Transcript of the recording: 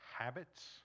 Habits